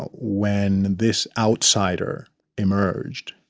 when this outsider emerged,